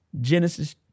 Genesis